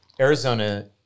Arizona